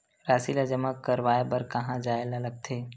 राशि ला जमा करवाय बर कहां जाए ला लगथे